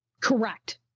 Correct